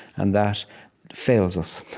and that fails us.